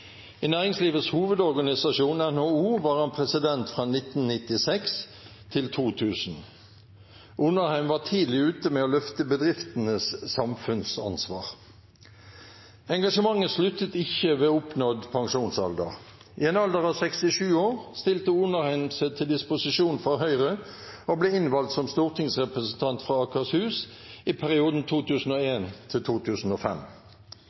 I Næringslivets Hovedorganisasjon, NHO, var han president fra 1996 til 2000. Onarheim var tidlig ute med å løfte bedriftenes samfunnsansvar. Engasjementet sluttet ikke ved oppnådd pensjonsalder. I en alder av 67 år stilte Onarheim seg til disposisjon for Høyre og ble innvalgt som stortingsrepresentant fra Akershus i perioden